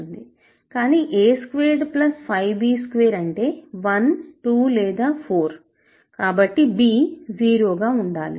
కానీ a squared plus 5 b square అంటే 1 2 లేదా 4 కాబట్టి b 0 గా ఉండాలి